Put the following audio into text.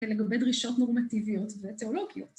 ‫לגבי דרישות נורמטיביות ותיאולוגיות.